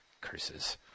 Curses